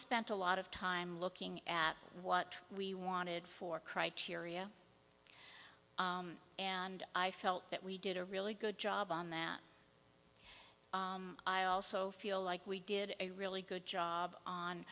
spent a lot of time looking at what we wanted for criteria and i felt that we did a really good job on that i also feel like we did a really good job on